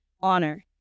honor